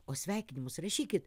o sveikinimus rašykit